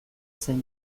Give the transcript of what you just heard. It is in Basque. zen